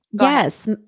Yes